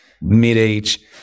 mid-age